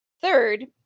Third